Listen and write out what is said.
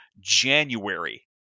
January